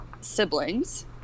siblings